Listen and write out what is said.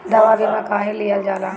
दवा बीमा काहे लियल जाला?